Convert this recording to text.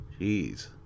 Jeez